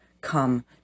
come